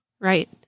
Right